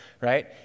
Right